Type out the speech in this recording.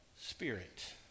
spirit